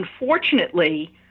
unfortunately